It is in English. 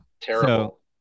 terrible